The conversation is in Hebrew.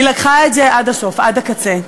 היא לקחה את זה עד הסוף, עד הקצה.